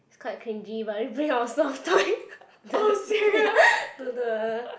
it's quite cringy but we bring our stuffed toy to the